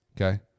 Okay